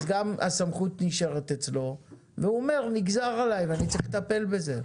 אז הסמכות נשארת אצלו והוא אומר נגזר עלי ואני צריך לטפל בזה.